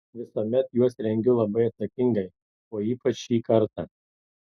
visuomet juos rengiu labai atsakingai o ypač šį kartą